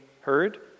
heard